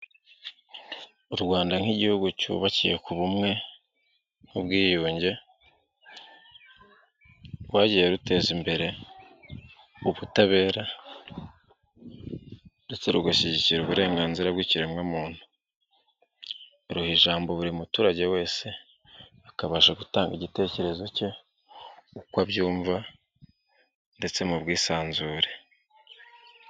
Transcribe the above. u Rwanda nk'igihugu cyubakiye ku bumwe n'ubwiyunge, rwagiye ruteza imbere ubutabera ndetse rugashyigikira uburenganzira bw'ikiremwamuntu, ruha ijambo buri muturage wese akabasha gutanga igitekerezo cye, uko abyumva ndetse mu bwisanzure.